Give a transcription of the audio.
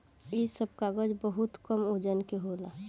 इ सब कागज बहुत कम वजन के होला